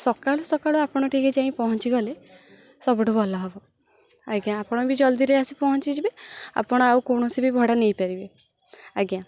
ସକାଳୁ ସକାଳୁ ଆପଣ ଟିକେ ଯାଇ ପହଁଞ୍ଚିଗଲେ ସବୁଠୁ ଭଲ ହେବ ଆଜ୍ଞା ଆପଣ ବି ଜଲ୍ଦିରେ ଆସି ପହଁଞ୍ଚିଯିବେ ଆପଣ ଆଉ କୌଣସି ବି ଭଡ଼ା ନେଇପାରିବେ ଆଜ୍ଞା